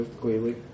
clearly